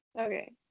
Okay